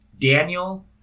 Daniel